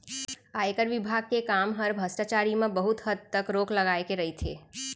आयकर विभाग के काम हर भस्टाचारी म बहुत हद तक रोक लगाए के रइथे